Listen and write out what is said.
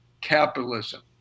capitalism